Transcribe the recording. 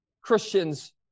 Christians